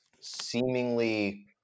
seemingly